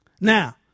Now